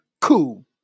cool